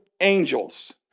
angels